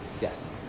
Yes